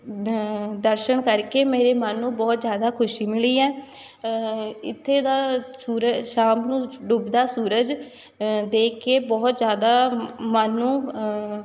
ਦਰਸ਼ਨ ਕਰਕੇ ਮੇਰੇ ਮਨ ਨੂੰ ਬਹੁਤ ਜ਼ਿਆਦਾ ਖੁਸ਼ੀ ਮਿਲੀ ਹੈ ਇੱਥੇ ਦਾ ਸੂਰਜ ਸ਼ਾਮ ਨੂੰ ਡੁੱਬਦਾ ਸੂਰਜ ਦੇਖ ਕੇ ਬਹੁਤ ਜ਼ਿਆਦਾ ਮਨ ਨੂੰ